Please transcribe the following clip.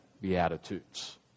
beatitudes